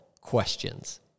Questions